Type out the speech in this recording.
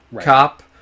cop